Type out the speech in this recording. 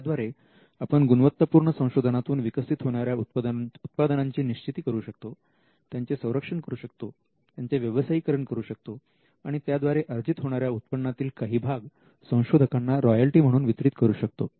याद्वारे आपण गुणवत्तापूर्ण संशोधनातून विकसित होणाऱ्या उत्पादनांची निश्चिती करू शकतो त्यांचे संरक्षण करू शकतो त्यांचे व्यवसायीकरण करू शकतो आणि त्याद्वारे अर्जित होणाऱ्या उत्पन्नातील काही भाग संशोधकांना रॉयल्टी म्हणून वितरित करू शकतो